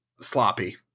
sloppy